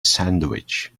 sandwich